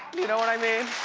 you know what i mean?